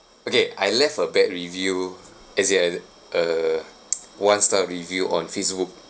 okay I left a bad review I just added a one star review on facebook